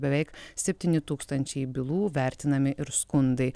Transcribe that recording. beveik septyni tūkstančiai bylų vertinami ir skundai